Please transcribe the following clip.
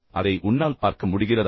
அதை உன்னால் பார்க்க முடிகிறதா